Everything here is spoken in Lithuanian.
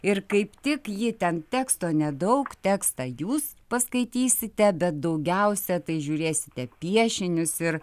ir kaip tik ji ten teksto nedaug tekstą jūs paskaitysite bet daugiausia tai žiūrėsite piešinius ir